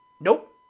Nope